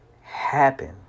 happen